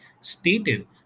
stated